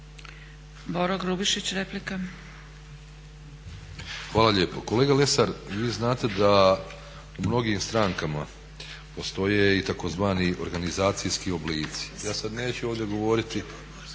**Grubišić, Boro (HDSSB)** Hvala lijepo. Kolega Lesar, vi znate da u mnogim strankama postoje i tzv. organizacijski oblici. Ja sad neću ovdje govoriti